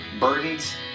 burdens